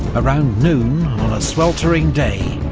around noon, on a sweltering day,